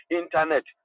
internet